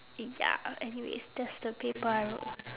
ya anyways that's the paper I wrote lah